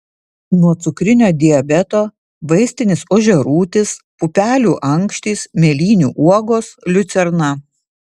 nuo cukrinio diabeto vaistinis ožiarūtis pupelių ankštys mėlynių uogos liucerna